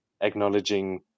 acknowledging